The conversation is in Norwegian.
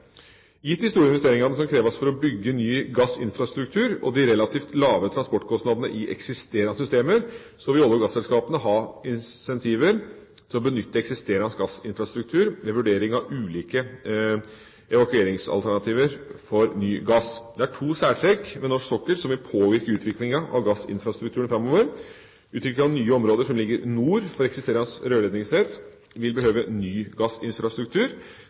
Gitt de store investeringene som kreves for å bygge ny gassinfrastruktur, og de relativt lave transportkostnadene i eksisterende systemer, vil olje- og gasselskapene ha incentiver til å benytte eksisterende gassinfrastruktur ved vurdering av ulike evakueringsalternativer for ny gass. Det er to særtrekk ved norsk sokkel som vil påvirke utviklinga av gassinfrastrukturen framover. Utvikling av nye områder som ligger nord for eksisterende rørledningsnett, vil behøve ny gassinfrastruktur,